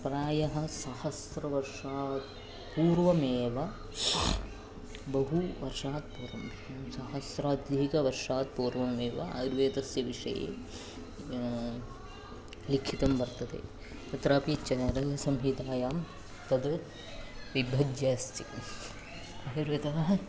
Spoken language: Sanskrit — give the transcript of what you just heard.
प्रायः सहस्रवर्षात् पूर्वमेव बहु वर्षात् पूर्वं सहस्राध्यायिकवर्षात् पूर्वमेव आयुर्वेदस्य विषये लिखितं वर्तते तत्रापि चरकसंहितायां तद् विभज्य अस्ति आयुर्वेदः